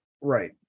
right